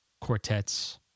quartets